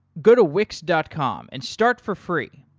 go to wix dot com and start for free.